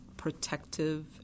protective